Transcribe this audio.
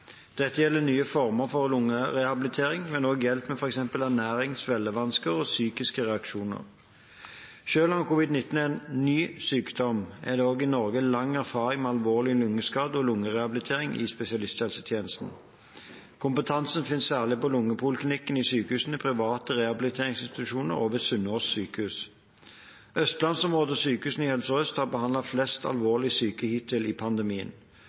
Dette gjelder nye former for lungerehabilitering, men også hjelp med f.eks. ernæring, svelgevansker og psykiske reaksjoner. Selv om covid-19 er en «ny» sykdom, er det også i Norge lang erfaring med alvorlig lungeskade og lungerehabilitering i spesialisthelsetjenesten. Kompetansen finnes særlig på lungepoliklinikkene i sykehusene, på private rehabiliteringsinstitusjoner og ved Sunnaas sykehus. Østlandsområdet og sykehusene i Helse Sør-Øst har behandlet flest alvorlig syke hittil i pandemien.